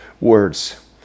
words